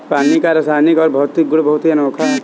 पानी का रासायनिक और भौतिक गुण बहुत ही अनोखा है